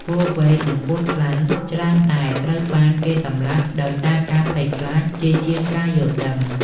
ពស់វែក និងពស់ថ្លាន់ ច្រើនតែត្រូវបានគេសម្លាប់ដោយសារការភ័យខ្លាចជាជាងការយល់ដឹង។